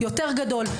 יותר גדול,